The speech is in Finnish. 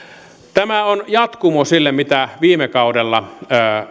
tämä on jatkumo sille mitä viime kaudella